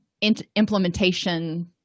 implementation